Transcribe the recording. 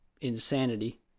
insanity